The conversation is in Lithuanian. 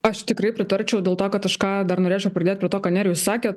aš tikrai pritarčiau dėl to kad kažką dar norėčiau pridėt prie to ką nerijus sakė